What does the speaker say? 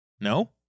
No